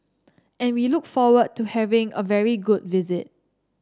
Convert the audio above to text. and we look forward to having a very good visit